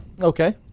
Okay